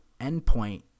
endpoint